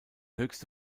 höchste